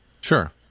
Sure